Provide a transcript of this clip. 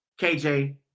KJ